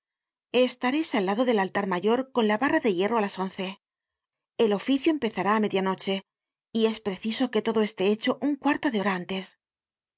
estareis al lado del altar mayor con la barra de hierro á las once el oficio empezará á media noche y es preciso que todo esté hecho un cuarto de